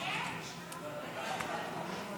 מלפני כחצי שעה.